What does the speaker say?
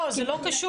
לא, זה לא קשור.